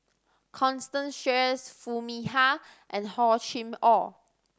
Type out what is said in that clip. Constance Sheares Foo Mee Har and Hor Chim Or